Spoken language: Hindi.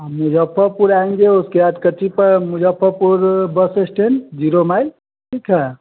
और मुज़फ़्फ़रपुर आएँगे और उसके बाद कच्ची पर Muzaffarpur bus stand zero mile ठीक है